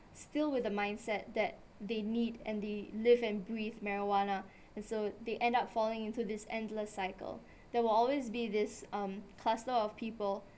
still with the mindset that they need and they live and breathe marijuana and so they end up falling into this endless cycle there will always be um this cluster of people